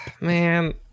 Man